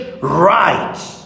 right